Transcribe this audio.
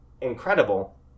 incredible